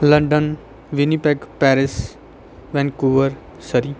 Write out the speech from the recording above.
London Winnipeg Paris Vancouver Surrey